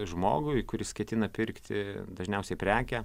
žmogui kuris ketina pirkti dažniausiai prekę